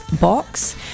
box